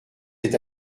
êtes